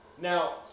Now